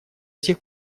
сих